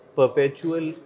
perpetual